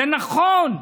זה נכון.